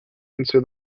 into